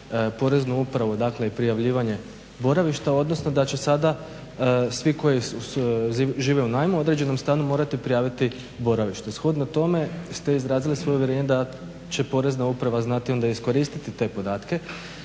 Poreznu upravu i prijavljivanje boravište odnosno da će sada svi koji žive u najmu u određenom stanu morati prijaviti boravište. Shodno teme ste izrazili svoje uvjerenje da će Porezna uprava znati iskoristiti te podatke